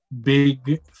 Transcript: big